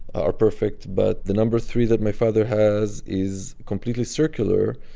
are perfect, but the number three that my father has is completely circular,